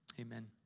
amen